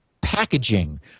packaging